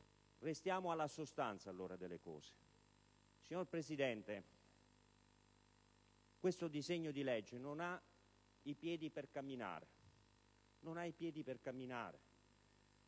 restiamo alla sostanza delle cose. Signor Presidente, questo disegno di legge non ha i piedi per camminare,